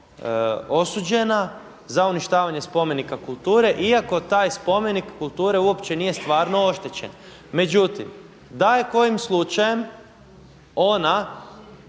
osuđena za uništavanje spomenika kulture iako taj spomenik kulture uopće nije stvarno oštećen. Međutim, da je kojim slučajem ona